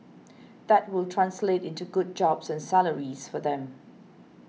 that will translate into good jobs and salaries for them